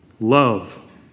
Love